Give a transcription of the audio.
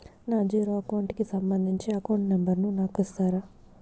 నా zero account కి సంబంధించి అకౌంట్ నెంబర్ ను నాకు ఇస్తారా